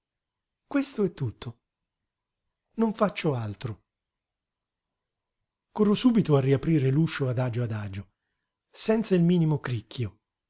questo è tutto non faccio altro corro subito a riaprire l'uscio adagio adagio senza il minimo cricchio